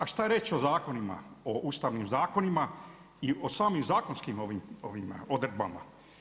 A šta je reći o zakonima, o ustavnim zakonima i o samim zakonskim odredbama.